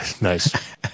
Nice